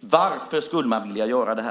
varför man skulle vilja göra detta.